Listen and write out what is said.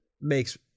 makes